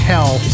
Hell